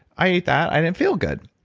i ate that i didn't feel good.